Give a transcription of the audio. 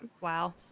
wow